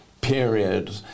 period